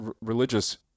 religious